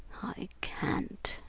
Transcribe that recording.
i can't!